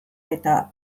eta